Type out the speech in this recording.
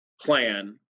plan